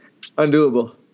undoable